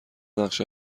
نقشه